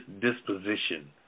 disposition